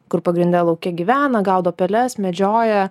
kur pagrinde lauke gyvena gaudo peles medžioja